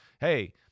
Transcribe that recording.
hey